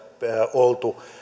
oltu